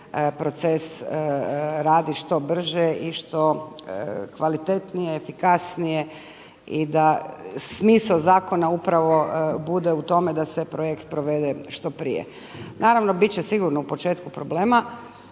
proces radi što brže i što kvalitetnije, efikasnije i da smisao zakona upravo bude u tome da se projekt provede što prije. Naravno bit će sigurno u početku problema,